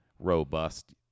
Robust